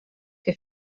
que